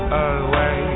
away